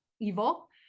evil